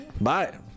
Bye